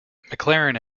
mclaren